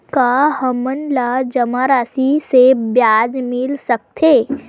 का हमन ला जमा राशि से ब्याज मिल सकथे?